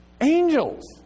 Angels